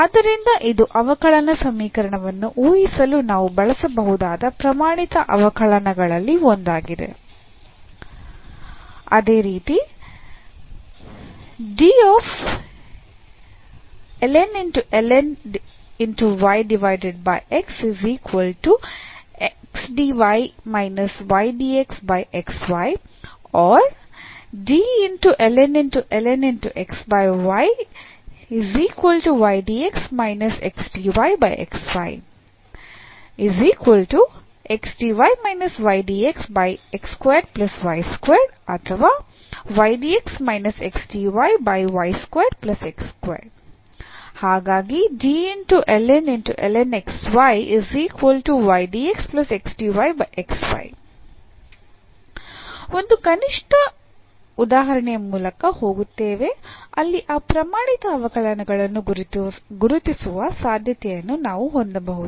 ಆದ್ದರಿಂದ ಇದು ಅವಕಲನ ಸಮೀಕರಣವನ್ನು ಊಹಿಸಲು ನಾವು ಬಳಸಬಹುದಾದ ಪ್ರಮಾಣಿತ ಅವಕಲನಗಳಲ್ಲಿ ಒಂದಾಗಿದೆ ನಾವು ಕನಿಷ್ಟ ಒಂದು ಉದಾಹರಣೆಯ ಮೂಲಕ ಹೋಗುತ್ತೇವೆ ಅಲ್ಲಿ ಆ ಪ್ರಮಾಣಿತ ಅವಕಲನಗಳನ್ನು ಗುರುತಿಸುವ ಸಾಧ್ಯತೆಯನ್ನು ನಾವು ಹೊಂದಬಹುದು